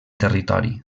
territori